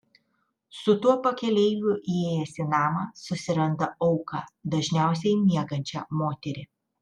su tuo pakeleiviu įėjęs į namą susiranda auką dažniausiai miegančią moterį